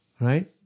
Right